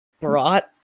brought